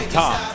top